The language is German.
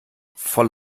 voll